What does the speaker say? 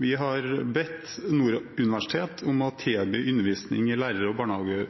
Vi har bedt Nord universitet om å tilby undervisning i lærer- og